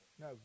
No